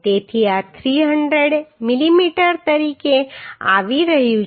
તેથી આ 380 mm તરીકે આવી રહ્યું છે